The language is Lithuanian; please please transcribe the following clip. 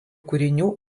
kūrinių